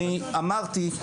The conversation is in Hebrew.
אני אמרתי,